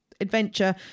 adventure